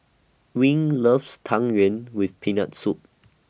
Ewing loves Tang Yuen with Peanut Soup